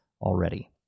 already